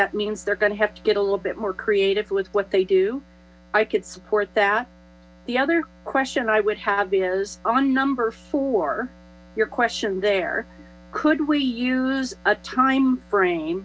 that means they're going to have to get a little bit more creative with what they do i could support that the other question i would have is on number for your question there could we use a time frame